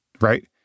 right